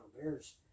Bears